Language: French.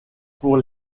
pour